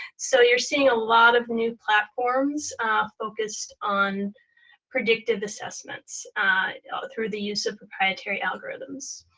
so you're seeing a lot of new platforms focused on predictive assessments through the use of proprietary algorithms.